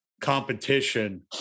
competition